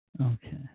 Okay